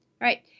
right